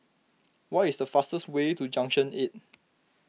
what is the fastest way to Junction eight